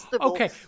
Okay